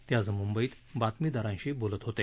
ते आज मुंबईत बातमीदारांशी बोलत होते